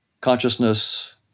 consciousness